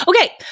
Okay